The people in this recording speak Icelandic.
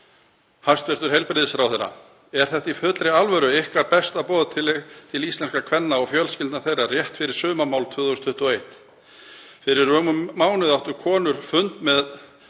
Hæstv. heilbrigðisráðherra, er þetta í fullri alvöru ykkar besta boð til íslenskra kvenna og fjölskyldna þeirra rétt fyrir sumarmál 2021? Fyrir rúmum mánuði áttu konur fund með